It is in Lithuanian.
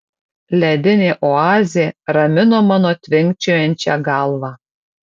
ledinė oazė ramino mano tvinkčiojančią galvą